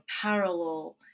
parallel